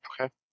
Okay